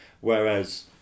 Whereas